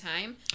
time